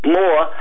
more